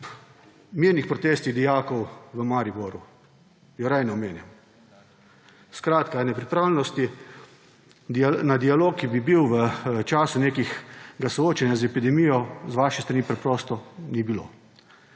mirnih protestih dijakov v Mariboru, je raje ne omenim. Skratka, ene pripravljenosti na dialog, ki bi bil v času nekega soočanja z epidemijo, z vaše strani preprosto ni bilo.